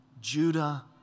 Judah